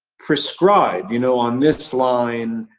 prescribe, you know? on this line,